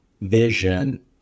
vision